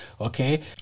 okay